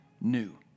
new